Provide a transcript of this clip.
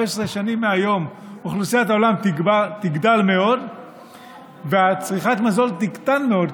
15 שנים מהיום אוכלוסיית העולם תגדל מאוד וצריכת המזון תקטן מאוד,